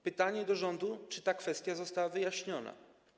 Pytanie do rządu: Czy ta kwestia została wyjaśniona?